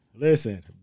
Listen